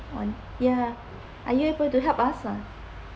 on ya are you able to help us on